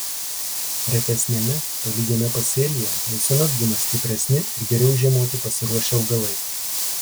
retesniame tolygiame pasėlyje visuomet būna stipresni ir geriau žiemoti pasiruošę augalai